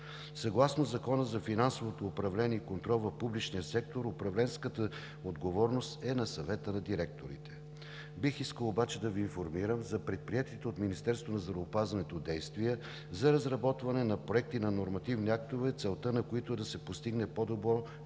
Съгласно Закона за финансовото управление и контрол в публичния сектор управленската отговорност е на Съвета на директорите. Бих искал обаче да Ви информирам за предприетите от Министерството на здравеопазването действия за разработване на проекти на нормативни актове, целта на които е да се постигне по-добро